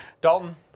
Dalton